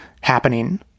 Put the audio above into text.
happening